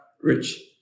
rich